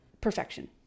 perfection